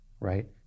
right